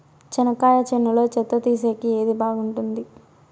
చెనక్కాయ చేనులో చెత్త తీసేకి ఏది బాగుంటుంది?